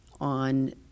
on